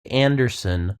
anderson